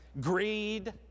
Greed